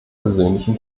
persönlichen